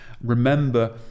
Remember